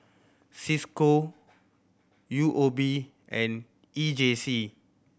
Cisco U O B and E J C